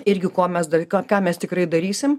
irgi ko mes dar ką mes tikrai darysim